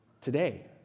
today